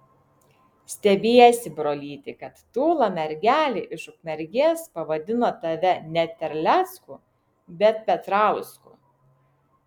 stebiesi brolyti kad tūla mergelė iš ukmergės pavadino tave ne terlecku bet petrausku